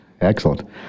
Excellent